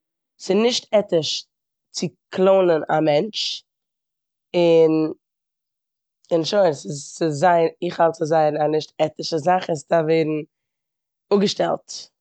ס'איז נישט עטיש צו קלוינען א מענטש און- און שוין. ס- ס'איז זייער- איך האלט ס'איז זייער א נישט עטישע זאך און ס'דארף ווערן אפגעשטעלט.